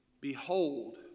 behold